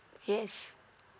yes